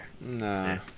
No